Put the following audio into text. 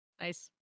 nice